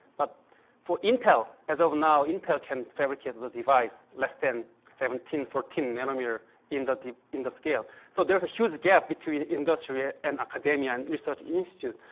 but for intel, as of now, intel can fabricate the the device less than, seventeen, fourteen nanometer in the the in the scale. so, there's a huge gap between industry ah and academia and research institutes,